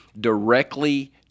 directly